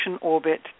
orbit